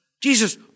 Jesus